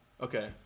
Okay